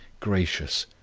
gracious,